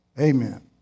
Amen